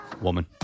Woman